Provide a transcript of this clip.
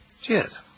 Cheers